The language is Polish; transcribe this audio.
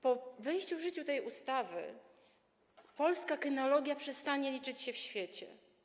Po wejściu w życie tej ustawy polska kynologia przestanie liczyć się w świecie.